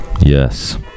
Yes